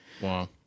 Wow